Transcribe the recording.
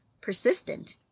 persistent